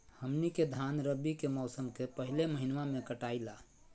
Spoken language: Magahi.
हमनी के धान रवि के मौसम के पहले महिनवा में कटाई ला